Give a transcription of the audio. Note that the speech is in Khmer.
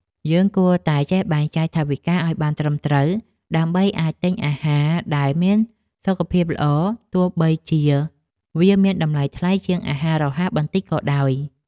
យើងគួរតែចេះបែងចែកថវិកាឲ្យបានត្រឹមត្រូវ ដើម្បីអាចទិញអាហារដែលមានសុខភាពល្អទោះបីជាវាមានតម្លៃថ្លៃជាងអាហាររហ័សបន្តិចក៏ដោយចុះ។